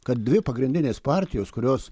kad dvi pagrindinės partijos kurios